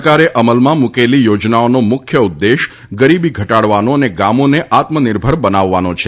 સરકારે અમલમાં મૂકેલી યોજનાઓનો મુખ્ય ઉદ્દેશ ગરીબી ઘટાડવાનો અને ગામોને આત્મનિર્ભર બનાવવાનો છે